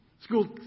School